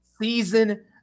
season